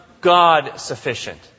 God-sufficient